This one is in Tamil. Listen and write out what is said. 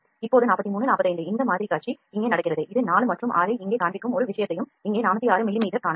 இப்போது 43 45 இந்த மாதிரிக்காட்சி இங்கே நடக்கிறது இது 4 மற்றும் 6 ஐ இங்கே காண்பிக்கும் ஒரு விஷயத்தையும் இங்கே 406 மில்லிமீட்டர் காணலாம்